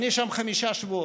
אני שם חמישה שבועות,